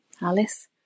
Alice